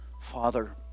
Father